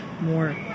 more